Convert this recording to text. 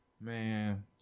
man